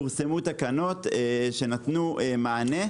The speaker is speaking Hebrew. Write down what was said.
פורסמו תקנות שנתנו מענה.